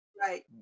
Right